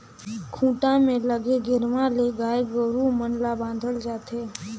खूंटा में लगे गेरवा ले गाय गोरु मन ल बांधल जाथे